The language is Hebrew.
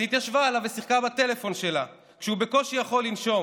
אז היא התיישבה עליו ושיחקה בטלפון שלה כשהוא בקושי יכול לנשום.